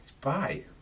bye